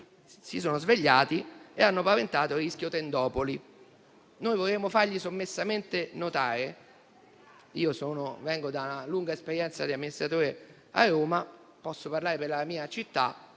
si sono svegliati e hanno paventato il rischio tendopoli. Noi vorremmo far loro sommessamente notare - io vengo da una lunga esperienza di amministratore a Roma e posso parlare per la mia città